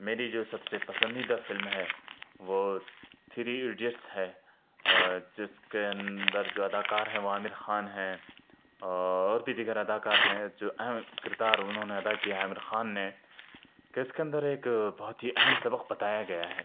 میری جو سب سے پسندیدہ فلم ہے وہ تھری ایڈیٹس ہے جس کے اندر جو اداکار ہے وہ عامرخان ہے اور بھی دیگر اداکار ہے جو اہم کردار انہوں نے ادا کیا ہے عامرخان نے کہ اس کے اندر ایک بہت ہی اہم سبق بتایا گیا ہے